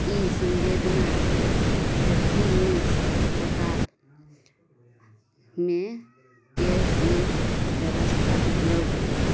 कि सम्वेदना हैप्पिनेस अस्पतालमे कैश लेल बेबस्था उपलब्ध अछि